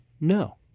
no